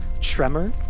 tremor